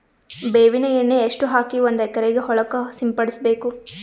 ಬೇವಿನ ಎಣ್ಣೆ ಎಷ್ಟು ಹಾಕಿ ಒಂದ ಎಕರೆಗೆ ಹೊಳಕ್ಕ ಸಿಂಪಡಸಬೇಕು?